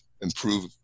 improve